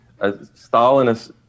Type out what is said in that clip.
Stalinist